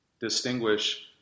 distinguish